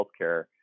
healthcare